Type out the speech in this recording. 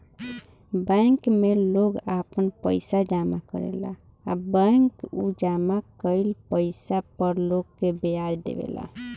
bank में लोग आपन पइसा जामा करेला आ बैंक उ जामा कईल पइसा पर लोग के ब्याज देवे ले